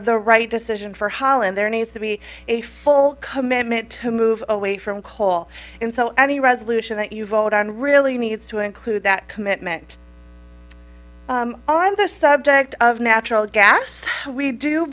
the right decision for holland there needs to be a full commitment to move away from coal and so any resolution that you vote on really needs to include that commitment on the subject of natural gas we do